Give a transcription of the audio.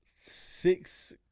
six